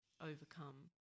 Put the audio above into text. overcome